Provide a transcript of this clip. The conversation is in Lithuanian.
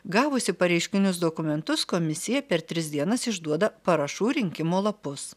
gavusi pareiškinius dokumentus komisija per tris dienas išduoda parašų rinkimo lapus